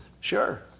Sure